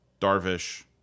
Darvish—